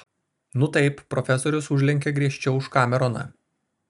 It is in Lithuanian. nu taip profesorius užlenkė griežčiau už kameroną